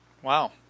Wow